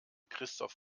christoph